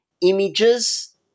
images